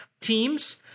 teams